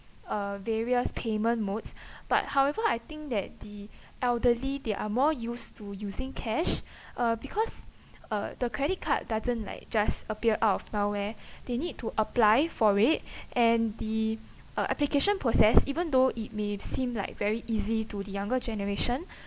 uh various payment modes but however I think that the elderly they are more used to using cash uh because uh the credit card doesn't like just appear out of nowhere they need to apply for it and the uh application process even though it may seem like very easy to the younger generation